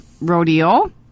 Rodeo